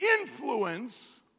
influence